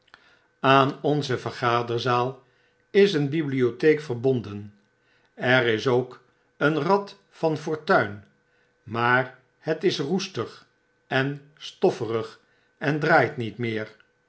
aan onze vergaderzaal is een bibliotheek verbonden er is ook een rad van fortuin maar het is roestig en stofferig en draait niet meer